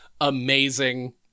amazing